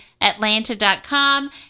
Atlanta.com